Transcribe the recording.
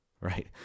Right